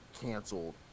canceled